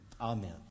Amen